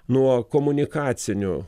nuo komunikacinių